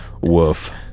Woof